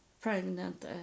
pregnant